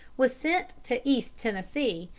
was sent to east tennessee,